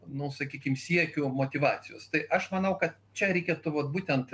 nu sakykim siekiu motyvacijos tai aš manau kad čia reikėtų vat būtent